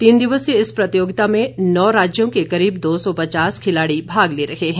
तीन दिवसीय इस प्रतियोगिता में नौ राज्यों के करीब दो सौ पचास खिलाड़ी भाग ले रहे हैं